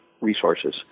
resources